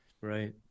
Right